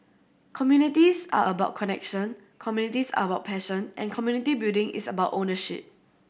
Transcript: communities are about connection communities are about passion and community building is about ownership